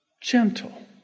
gentle